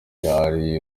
cyari